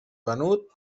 venut